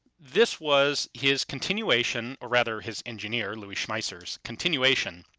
this was his continuation or rather his engineer louis schmeisser's continuation,